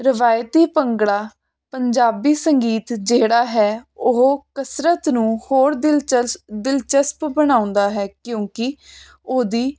ਰਵਾਇਤੀ ਭੰਗੜਾ ਪੰਜਾਬੀ ਸੰਗੀਤ ਜਿਹੜਾ ਹੈ ਉਹ ਕਸਰਤ ਨੂੰ ਹੋਰ ਦਿਲਚਲਸ ਦਿਲਚਸਪ ਬਣਾਉਂਦਾ ਹੈ ਕਿਉਂਕੀ ਉਹਦੀ